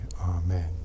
Amen